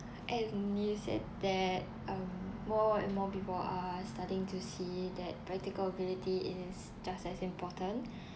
and you said that um more and more people are starting to see that practical ability is just as important